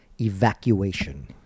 Evacuation